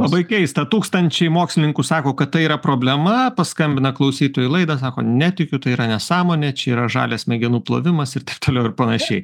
labai keista tūkstančiai mokslininkų sako kad tai yra problema paskambina klausytojai į laidą sako netikiu tai yra nesąmonė čia yra žalias smegenų plovimas ir taip toliau ir panašiai